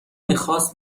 میخاست